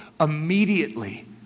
immediately